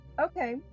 okay